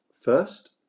first